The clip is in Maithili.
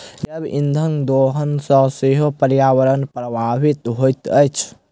जैव इंधनक दोहन सॅ सेहो पर्यावरण प्रभावित होइत अछि